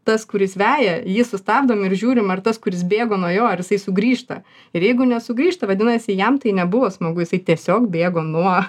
tas kuris veja jį sustabdom ir žiūrim ar tas kuris bėgo nuo jo ar jisai sugrįžta ir jeigu nesugrįžta vadinasi jam tai nebuvo smagu jisai tiesiog bėgo nuo